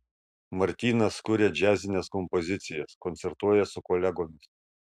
martynas kuria džiazines kompozicijas koncertuoja su kolegomis